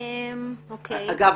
אגב,